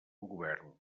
govern